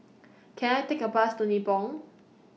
Can I Take A Bus to Nibong